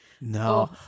no